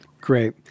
Great